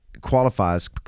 qualifies